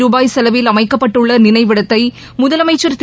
ருபாய் செலவில் அமைக்கப்பட்டுள்ள நினைவிடத்தை முதலமைச்சர் திரு